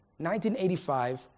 1985